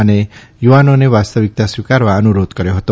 અને યુવનોને વાસ્તવિકતા સ્વીકારવા અનુરોધ કર્યો હતો